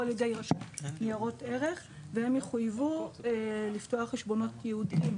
על ידי רשות ניירות ערך והם יחויבו לפתוח חשבונות יעודיים,